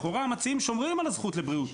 לכאורה, המציעים שומרים על הזכות לבריאות